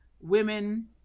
women